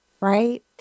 right